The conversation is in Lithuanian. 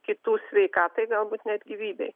kitų sveikatai galbūt net gyvybei